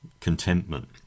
contentment